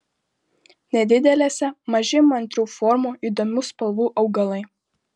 nedidelėse maži įmantrių formų įdomių spalvų augalai